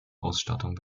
ausstattung